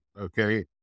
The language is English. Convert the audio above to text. Okay